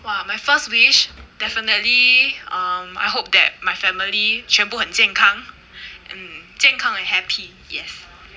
!wah! my first wish definitely um I hope that my family 全部很健康 and 健康 and happy yes